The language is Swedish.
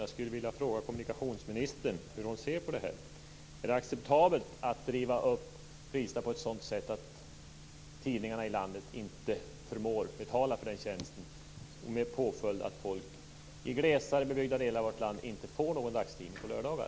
Jag skulle vilja fråga kommunikationsministern hur hon ser på detta. Är det acceptabelt att driva upp priserna på sådant sätt att tidningarna i landet inte förmår betala för den här tjänsten med påföljd att folk i glesare bebyggda delar av vårt land inte får någon dagstidning på lördagar?